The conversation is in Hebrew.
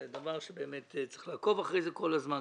זה נושא שבאמת צריך לעקוב אחריו כל הזמן,